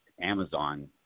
Amazon